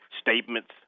statements